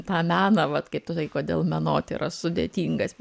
tą meną vat kaip tu sakei kodėl menotyra sudėtingas